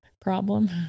problem